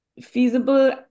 feasible